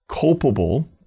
culpable